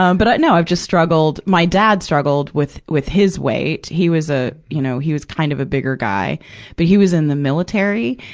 um but i, no, i just struggled. my dad struggled with, with his weight. he was a, you know, her was kind of a bigger guy but he was in the military.